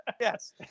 Yes